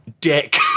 Dick